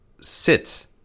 sit